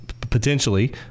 potentially